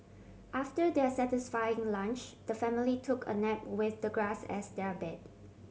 after their satisfying lunch the family took a nap with the grass as their bed